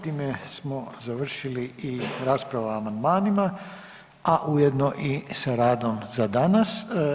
Time smo završili i raspravu o amandmanima, a ujedno i sa radom za danas.